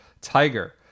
Tiger